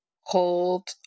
hold